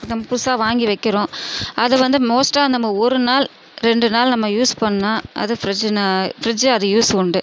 நம்ம புதுசாக வாங்கி வைக்கிறோம் அதை வந்து மோஸ்ட்டாக நம்ம ஒரு நாள் ரெண்டு நாள் நம்ம யூஸ் பண்ணால் அது ஃபிரிஜ்ஜினால் ஃபிரிஜ் அது யூஸ் உண்டு